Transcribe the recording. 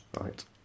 right